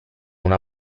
una